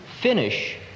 finish